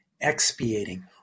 expiating